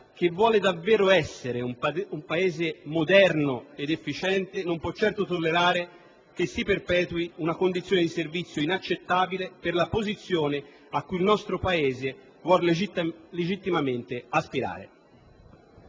che vuole davvero essere un Paese moderno ed efficiente non può tollerare che si perpetui una condizione di servizio inaccettabile per la posizione a cui il nostro Paese vuole legittimamente aspirare.